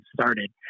started